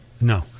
No